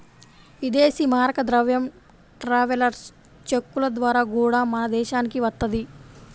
ఇదేశీ మారక ద్రవ్యం ట్రావెలర్స్ చెక్కుల ద్వారా గూడా మన దేశానికి వత్తది